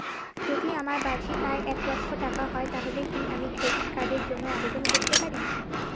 যদি আমার বার্ষিক আয় এক লক্ষ টাকা হয় তাহলে কি আমি ক্রেডিট কার্ডের জন্য আবেদন করতে পারি?